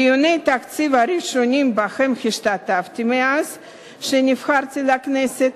דיוני התקציב הראשונים שבהם השתתפתי מאז שנבחרתי לכנסת,